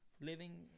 living